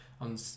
on